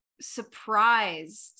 surprised